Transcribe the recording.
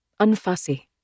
unfussy